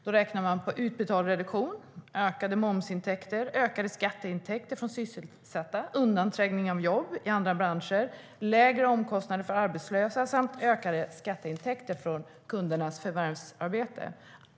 Man räknar på utbetald reduktion, ökade momsintäkter, ökade skatteintäkter från sysselsatta, undanträngning av jobb i andra branscher, lägre omkostnader för arbetslösa samt ökade skatteintäkter från kundernas förvärvsarbete.